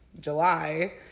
July